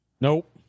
Nope